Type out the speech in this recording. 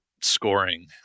scoring